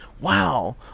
wow